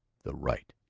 the right?